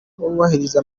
bubahiriza